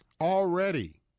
already